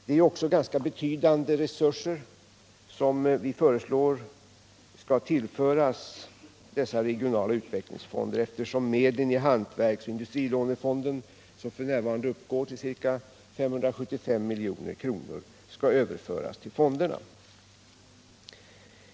Det är också ganska betydande resurser som vi föreslår att dessa regionala utvecklingsfonder skall få, eftersom medlen i hantverksoch industrilånefonden, som f.n. uppgår till ca 575 milj.kr., skall överföras till fonderna.